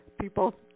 people